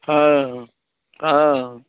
हँ हँ